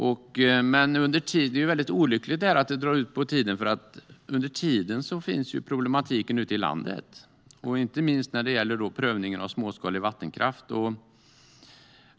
Det är väldigt olyckligt att det drar ut på tiden, för problematiken finns ute i landet, inte minst när det gäller prövningen av småskalig vattenkraft.